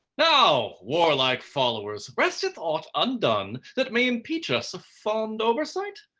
now warlike followers resteth aught undone that may impeach us of fond oversight?